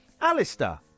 Alistair